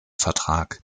vertrag